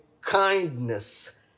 kindness